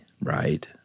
right